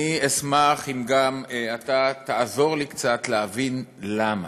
אני אשמח אם גם אתה תעזור לי קצת להבין למה,